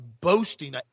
boasting